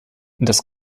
das